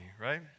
right